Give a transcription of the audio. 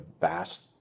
vast